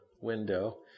window